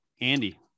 Andy